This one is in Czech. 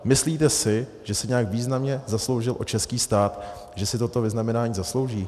Myslíte si, že se nějak významně zasloužil o český stát, že si toto vyznamenání zaslouží?